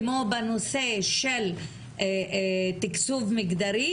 כמו בנושא של תקצוב מגדרי,